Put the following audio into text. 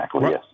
yes